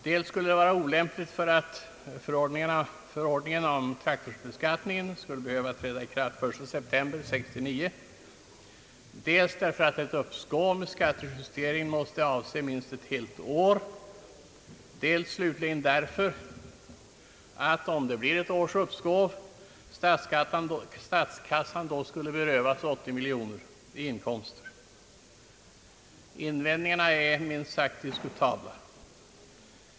Det skuile vara olämpligt dels därför att förordningen om traktorbeskattningen skulle träda i kraft först den 1 september 1969, dels att ett uppskov med skattejusteringen måste avse minst ett helt år, dels slutligen därför att — om det blir ett års uppskov — statskassan då berövas 80 miljoner kronor i inkomster. Invändningarna är minst sagt diskutabla.